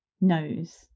knows